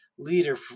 leader